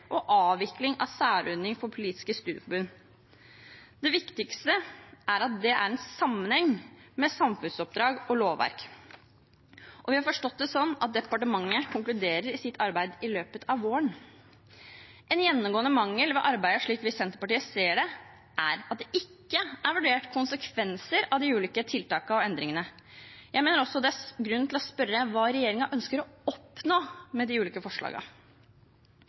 avvikling av særordning for politiske studieforbund Det viktigste er at det er en sammenheng med samfunnsoppdrag og lovverk, og vi har forstått det slik at departementet konkluderer i sitt arbeid i løpet av våren. En gjennomgående mangel ved arbeidet, slik vi i Senterpartiet ser det, er at det ikke er vurdert konsekvenser av de ulike tiltakene og endringene. Jeg mener også det er grunn til å spørre om hva regjeringen ønsker å oppnå med de ulike